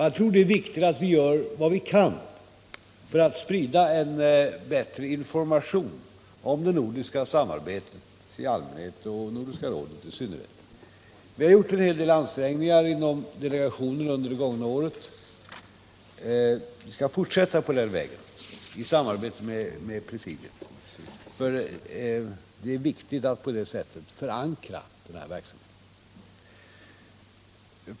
Jag tror det är viktigt att vi gör vad vi kan för att sprida bättre information om det nordiska samarbetet i allmänhet och om Nordiska rådet i synnerhet. Vi har under det gångna året gjort en hel del ansträngningar, och vi skall fortsätta på den vägen i samarbetet med presidiet, för det är viktigt att på det sättet förankra den här verksamheten.